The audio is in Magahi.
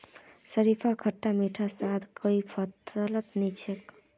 शरीफार खट्टा मीठा स्वाद आर कोई फलत नी छोक